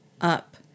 up